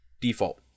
default